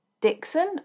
Dixon